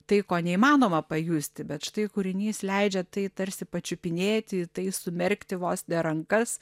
tai ko neįmanoma pajusti bet štai kūrinys leidžia tai tarsi pačiupinėti į tai sumerkti vos ne rankas